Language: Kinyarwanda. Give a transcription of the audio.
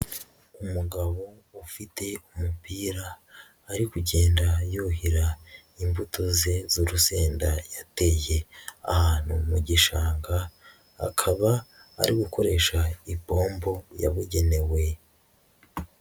Umugabo ufite umupira, ari kugenda yuhira imbuto ze z'urusenda yateye ahantu mu gishanga, akaba ari gukoresha ipombo yabugenewe.